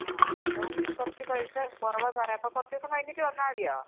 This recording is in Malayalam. ആ ഇപ്പം കുറച്ച് പൈസ കുറവാ സാറേ അപ്പം കുറച്ച് ദിവസം കഴിഞ്ഞിട്ട് വന്നാൽ മതിയോ